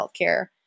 healthcare